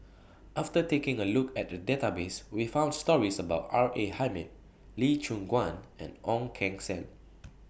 after taking A Look At The Database We found stories about R A Hamid Lee Choon Guan and Ong Keng Sen